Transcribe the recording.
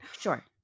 Sure